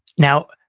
now,